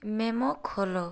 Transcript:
memo ଖୋଲ